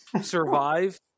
survive